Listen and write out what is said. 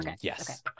Yes